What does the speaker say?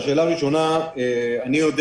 השאלה הראשונה, אני יודע